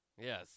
Yes